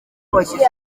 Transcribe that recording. washyize